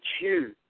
choose